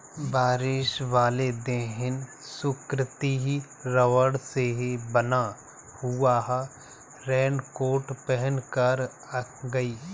बारिश वाले दिन सुकृति रबड़ से बना हुआ रेनकोट पहनकर गई